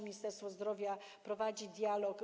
Ministerstwo Zdrowia prowadzi dialog.